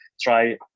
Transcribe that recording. try